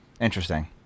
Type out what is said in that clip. interesting